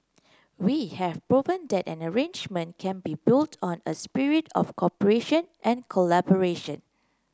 we have proven that an agreement can be built on a spirit of cooperation and collaboration